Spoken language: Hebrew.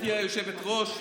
גברתי היושבת-ראש,